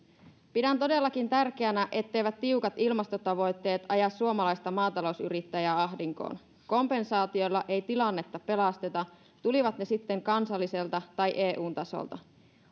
pidän todellakin tärkeänä etteivät tiukat ilmastotavoitteet aja suomalaista maatalousyrittäjää ahdinkoon kompensaatioilla ei tilannetta pelasteta tulivat ne sitten kansalliselta tai eun tasolta